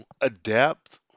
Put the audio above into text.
adapt